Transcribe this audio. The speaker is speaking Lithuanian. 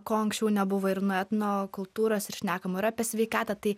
ko anksčiau nebuvo ir nuo etnokultūros ir šnekam ir apie sveikatą tai